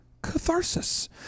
catharsis